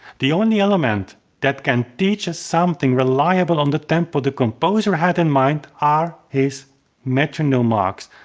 the only element that can teach us something reliable on the tempo the composer had in mind are his metronome marks.